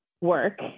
work